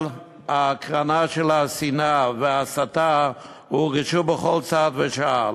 אבל ההקרנה של השנאה וההסתה הורגשה בכל צעד ושעל.